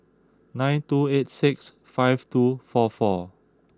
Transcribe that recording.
nine two eight six five two four four